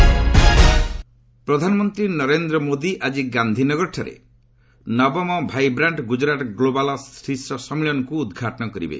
PM Gujarat ପ୍ରଧାନମନ୍ତ୍ରୀ ନରେନ୍ଦ୍ର ମୋଦି ଆଜି ଗାନ୍ଧି ନଗରଠାରେ ନବମ ଭାଇବ୍ରାଣ୍ଟ ଗୁଜରାଟ ଗ୍ଲୋବାଲ୍ ଶୀର୍ଷ ସମ୍ମିଳନୀକୁ ଉଦ୍ଘାଟନ କରିବେ